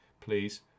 please